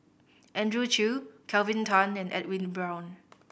Andrew Chew Kelvin Tan and Edwin Brown